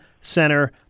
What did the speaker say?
Center